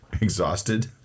exhausted